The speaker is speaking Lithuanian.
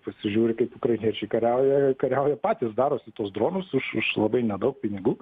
pasižiūri kaip ukrainiečiai kariauja kariauja patys darosi tuos dronus už labai nedaug pinigų